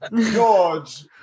George